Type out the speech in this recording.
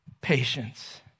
patience